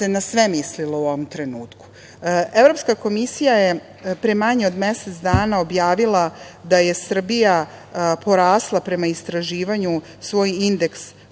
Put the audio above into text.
na sve mislilo u ovom trenutku. Evropska komisija je pre manje od mesec dana objavila da je Srbija porasla, prema istraživanju, svoj indeks